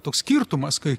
toks skirtumas kai